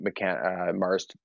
Mars